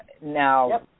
Now